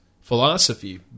philosophy